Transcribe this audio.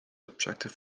objective